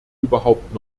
überhaupt